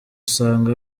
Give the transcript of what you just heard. usanga